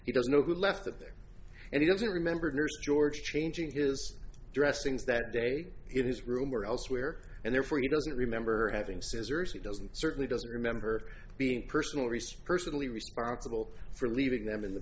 he doesn't know who left it there and he doesn't remember george changing his dressings that day in his room or elsewhere and therefore he doesn't remember having scissors he doesn't certainly doesn't remember being personal research personally responsible for leaving them in the